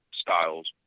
styles